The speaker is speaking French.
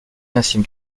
l’ancien